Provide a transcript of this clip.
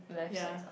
ya